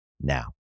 now